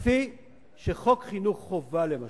כפי שחוק חינוך חובה, למשל,